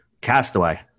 Castaway